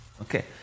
Okay